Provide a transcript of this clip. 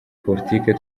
politiki